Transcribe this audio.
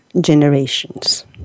generations